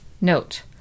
Note